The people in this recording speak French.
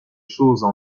choses